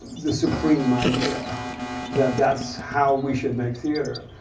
the supreme idea that that's how we should make theater.